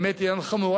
באמת היא חמורה.